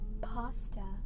Pasta